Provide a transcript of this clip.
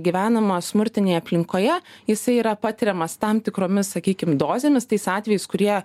gyvenama smurtinėj aplinkoje jisai yra patiriamas tam tikromis sakykim dozėmis tais atvejais kurie